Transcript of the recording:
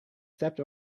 stepped